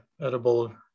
edible